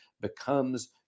becomes